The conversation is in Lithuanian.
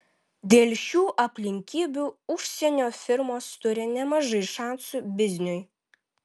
dėl šių aplinkybių užsienio firmos turi nemažai šansų bizniui